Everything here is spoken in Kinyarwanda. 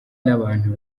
n’abantu